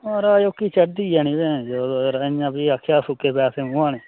महाराज उक्की चढ़दी गै नी ऐ भैनचोद यरा फ्ही सुक्के पैसे मुहाने